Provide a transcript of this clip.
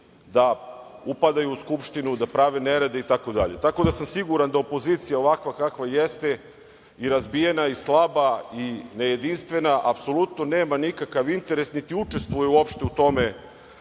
da upadaju u Skupštinu, da prave nerede itd. Siguran sam da opozicija ovakva kakva jest i razbijena i slaba i nejedinstvena, apsolutno nema nikakav interes, niti učestvuje uopšte u tome